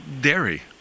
dairy